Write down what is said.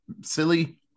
silly